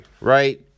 right